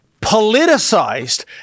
politicized